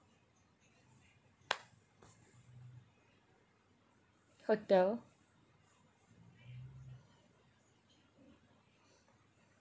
hotel